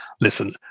listen